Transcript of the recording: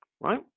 Right